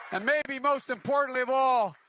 and maybe, most importantly of all,